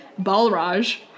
Balraj